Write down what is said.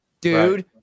dude